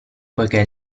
poichè